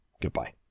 goodbye